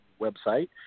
website